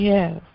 Yes